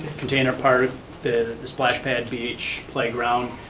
container park, the the splash pad beach, playground,